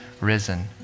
risen